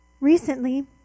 Recently